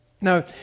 Now